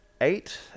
Eight